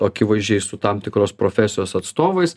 akivaizdžiai su tam tikros profesijos atstovais